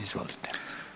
Izvolite.